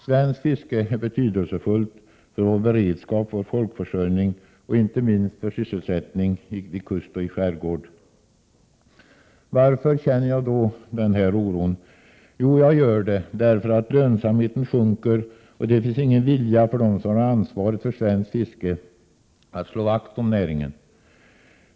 Svenskt fiske är betydelsefullt för vår beredskap, vår folkförsörjning och inte minst för sysselsättningen vid kust och i skärgård. Varför känner jag då denna oro? Jo, jag gör det därför att lönsamheten sjunker, och det finns ingen vilja hos dem som har ansvaret för svenskt fiske att slå vakt om näringen.